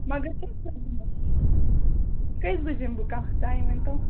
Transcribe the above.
مگر کیٛاہ کٔژِ بجے یِمو کٔژِ بَجہٕ یِمہٕ بہٕ کانٛہہ ٹایِم ؤنۍتَو